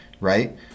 right